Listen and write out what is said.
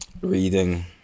reading